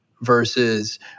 versus